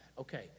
okay